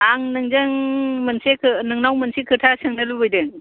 आं नोंजों मोनसे नोंनाव मोनसे खोथा सोंनो लुबैदों